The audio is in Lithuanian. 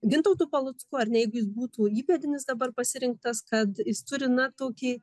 gintautu palucku ar ne jeigu jis būtų įpėdinis dabar pasirinktas kad jis turi na tokį